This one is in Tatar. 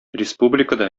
республикада